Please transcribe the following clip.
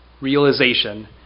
realization